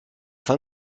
fin